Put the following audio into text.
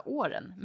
åren